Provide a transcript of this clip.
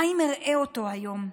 מה אם אראה אותו היום,